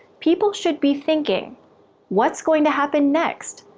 people should be thinking what's going to happen next?